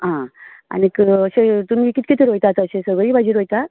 आं आनीक अशें तुमी कित कितें रोंयतात अशें सगळी भाजी रोंयतात